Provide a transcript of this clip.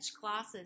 classes